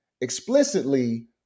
explicitly